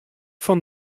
fan